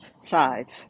sides